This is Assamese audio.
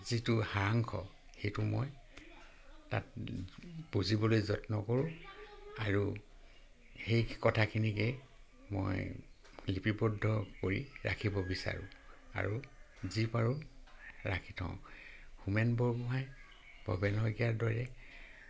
যিটো সাৰাংশ সেইটো মই তাত বুজিবলৈ যত্ন কৰোঁ আৰু সেই কথাখিনিকেই মই লিপিবদ্ধ কৰি ৰাখিব বিচাৰোঁ আৰু যি পাৰোঁ ৰাখি থওঁ হোমেন বৰগোহাঁই ভৱেন্দ্ৰ নাথ শইকীয়াৰ দৰে